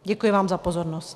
Děkuji vám za pozornost.